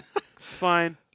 Fine